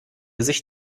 sich